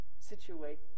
situate